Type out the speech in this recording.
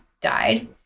died